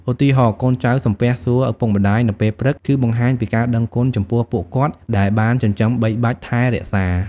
ឧទាហរណ៍ កូនចៅសំពះសួរឪពុកម្តាយនៅពេលព្រឹក គឺបង្ហាញពីការដឹងគុណចំពោះពួកគាត់ដែលបានចិញ្ចឹមបីបាច់ថែរក្សា។